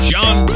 John